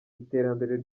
iterambere